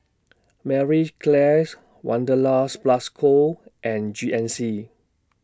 Marie Claires Wanderlust Plus Co and G N C